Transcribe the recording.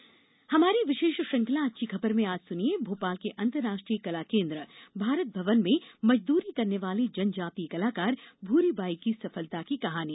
अच्छी खबर हमारी विशेष श्रृंखला अच्छी खबर में आज सुनिए भोपाल के अंतर्राष्ट्रीय कला केन्द्र भारत भवन में मजदूरी करने वाली जनजातीय कलाकार भूरी बाई की सफलता की कहानी